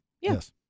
Yes